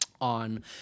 on